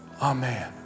Amen